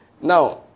Now